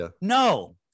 No